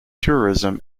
tourism